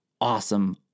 awesome